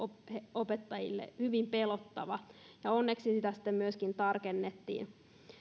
opettajille hyvin pelottava ja onneksi sitä sitten myöskin tarkennettiin